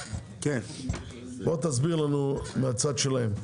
תסביר לנו מצד הסופרים,